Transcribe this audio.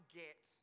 get